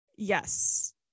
Yes